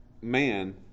man